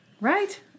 Right